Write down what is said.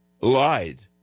Lied